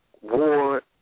war